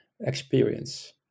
experience